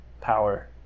power